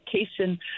education